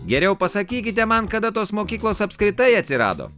geriau pasakykite man kada tos mokyklos apskritai atsirado